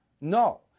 No